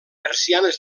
persianes